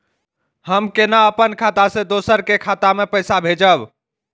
हम केना अपन खाता से दोसर के खाता में पैसा भेजब?